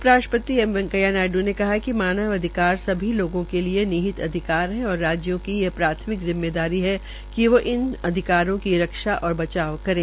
उप राष्ट्रपति एम वैकेंया नायडू ने कहा है कि मानवाधिकार सभी लोगों के लिए नीहित अधिकार है और राज्यों की यह प्राथमिक जिम्मेदारी है कि वो इन अधिकारों की रक्षा और बचाव करें